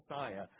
Messiah